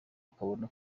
ukabona